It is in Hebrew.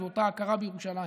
שזו אותה ההכרה בירושלים,